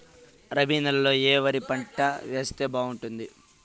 రబి నెలలో ఏ వరి పంట వేస్తే బాగుంటుంది